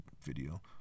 video